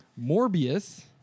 Morbius